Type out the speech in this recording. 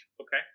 Okay